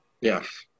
Yes